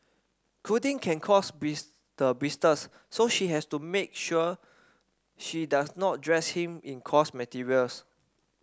clothing can cause the blisters so she has to make sure she does not dress him in coarse materials